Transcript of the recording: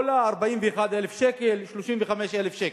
עולה 41,000 שקל, 35,000 שקל.